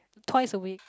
twice a week